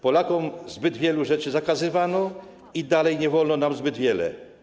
Polakom zbyt wielu rzeczy zakazywano i nadal nie wolno nam zbyt wiele.